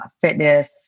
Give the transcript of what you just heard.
fitness